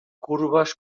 curvas